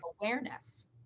awareness